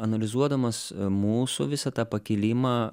analizuodamas mūsų visą tą pakilimą